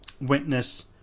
witness